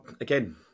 Again